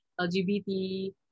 LGBT